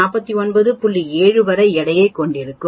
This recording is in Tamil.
7 வரை எடையைக் கொண்டிருக்கும்